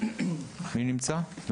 מי נמצא כאן מרמ״י?